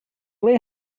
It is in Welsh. ble